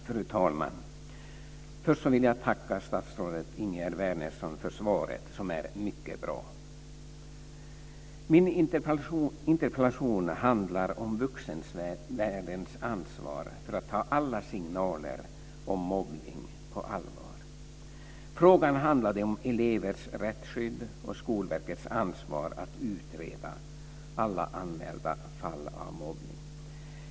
Fru talman! Först vill jag tacka statsrådet Ingegerd Wärnersson för svaret som är mycket bra. Min interpellation handlar om vuxenvärldens ansvar för att ta alla signaler om mobbning på allvar. Frågan handlar om elevers rättsskydd och Skolverkets ansvar att utreda alla anmälda fall av mobbning.